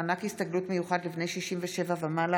(מענק הסתגלות מיוחד לבני 67 ומעלה)